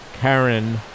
karen